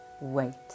wait